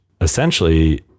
essentially